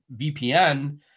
VPN